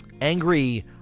Angry